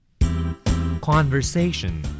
Conversation